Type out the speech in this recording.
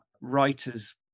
Writer's